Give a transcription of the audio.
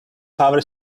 power